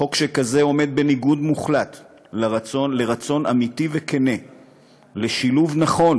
חוק שכזה עומד בניגוד מוחלט לרצון אמיתי וכן לשילוב נכון